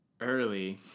early